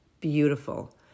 beautiful